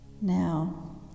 Now